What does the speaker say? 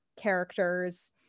characters